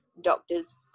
doctors